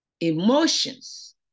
emotions